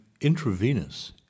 intravenous